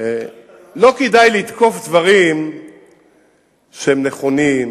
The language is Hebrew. לא כדאי לתקוף דברים שהם נכונים,